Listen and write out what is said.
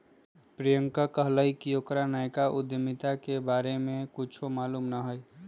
प्रियंका कहलकई कि ओकरा नयका उधमिता के बारे में कुछो मालूम न हई